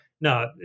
no